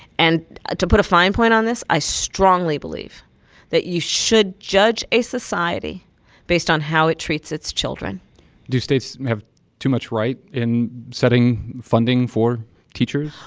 and to put a fine point on this i strongly believe that you should judge a society based on how it treats its children do states have too much right in setting funding for teachers?